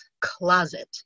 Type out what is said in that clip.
Closet